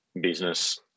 business